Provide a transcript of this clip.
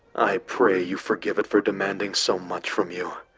i pray you forgive it for demanding so much from you,